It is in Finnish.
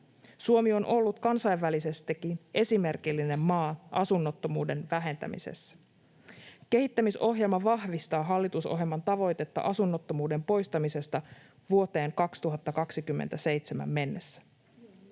Suomi on ollut kansainvälisestikin esimerkillinen maa asunnottomuuden vähentämisessä. Kehittämisohjelma vahvistaa hallitusohjelman tavoitetta asunnottomuuden poistamisesta vuoteen 2027 mennessä.